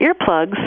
earplugs